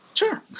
Sure